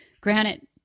granted